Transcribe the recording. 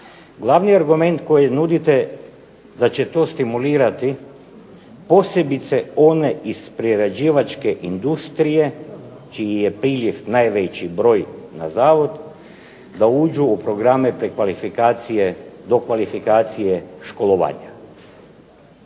Glavni argument koji nudite da će to stimulirati posebice one iz prerađivačke industrije čiji je priljev najveći broj na zavod da uđu u programe prekvalifikacije, dokvalifikacije, školovanja.